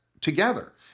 together